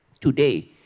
Today